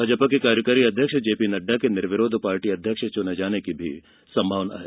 भाजपा के कार्यकारी अध्यक्ष जे पी नड्डा के निर्विरोध पार्टी अध्यक्ष चुने जाने की संभावना है